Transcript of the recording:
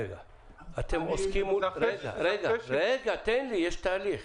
רגע, יש תהליך.